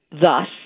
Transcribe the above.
thus